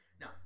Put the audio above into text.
Now